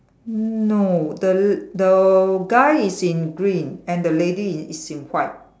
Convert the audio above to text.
n~ no the the guy is in green and the lady is is in white